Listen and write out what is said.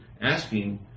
asking